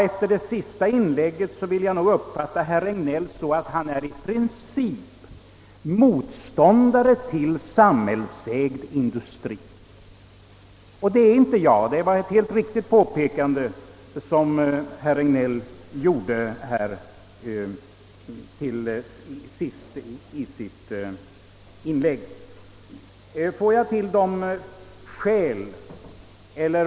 Efter herr Regnélls senaste inlägg uppfattar jag saken så, att han i princip är motståndare till samhällsägande och det är inte jag — på den punkten gjorde herr Regnéll ett helt riktigt påpekande.